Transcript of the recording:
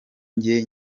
njye